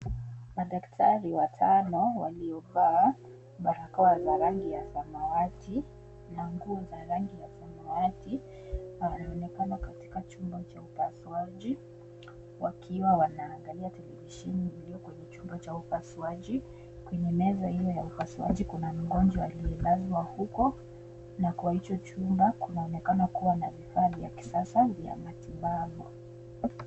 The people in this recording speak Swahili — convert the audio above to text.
Madaktari watano waliovaa barakoa za rangi ya samawati na nguo la rangi ya samawati wanaonekana katika chumba cha upasuaji wakiwa wanaangalia televisheni iliyo kwenye chumba cha upasuaji. Kwenye meza hiyo ya upasuaji kuna mgonjwa aliyelazwa huko na kwa hicho chumba kunaonekana kuwa na vifaa ya kisasa vya matibabu.